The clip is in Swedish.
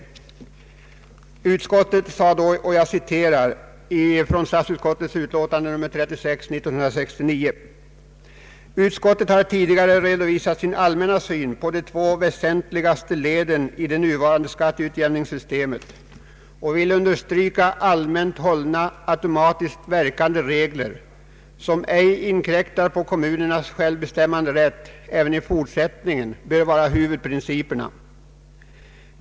Statsutskottet sade i denna fråga i sitt utlåtande nar 36 år 1969: ”Utskottet har tidigare redovisat sin allmänna syn på de två väsentligare leden i det nuvarande skatteutjämningssystemet och vill understryka att allmänt hållna automatiskt verkande regler som ej inkräktar på kommunernas självbestämmanderätt även i fortsättningen bör vara huvudprinciperna.